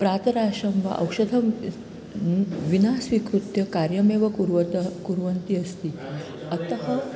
प्रातराशं वा औषधं विना स्वीकृत्य कार्यमेव कुर्वती कुर्वती अस्ति अतः